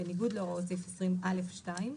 ביגוד להוראות סעיף 20(א)(2),